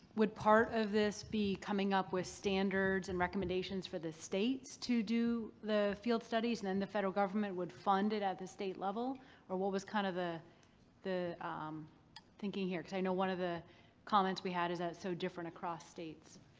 would part of this be coming up with standards and recommendations for the states to do the field studies, then the federal government would fund it at the state level or what was kind of ah the thinking here? because i know one of the comments we had is that it's so different across states.